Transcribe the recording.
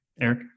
Eric